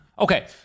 Okay